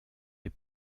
les